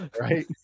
Right